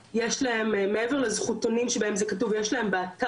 יש להם באתר שלנו אפשרות להיכנס בכל עת,